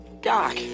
Doc